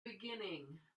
beginning